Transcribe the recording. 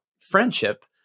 friendship